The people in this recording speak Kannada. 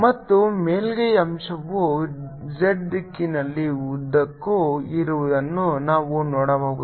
ಮತ್ತು ಮೇಲ್ಮೈ ಅಂಶವು z ದಿಕ್ಕಿನ ಉದ್ದಕ್ಕೂ ಇರುವುದನ್ನು ನಾವು ನೋಡಬಹುದು